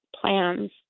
plans